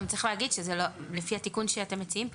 גם צריך להגיד שלפי התיקון שאתם מציעים פה,